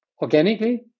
organically